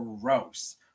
gross